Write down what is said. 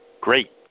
great